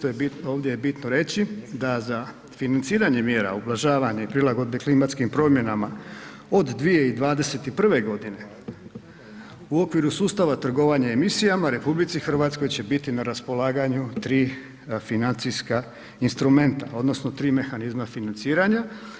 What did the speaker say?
Ovdje je bitno reći da za financiranje mjera, ublažavanje i prilagodbe klimatskim promjenama od 2021. godine u okviru sustava trgovanja emisijama RH će biti na raspolaganju tri financijska instrumenta odnosno tri mehanizma financiranja.